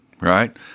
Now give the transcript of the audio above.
right